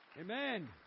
Amen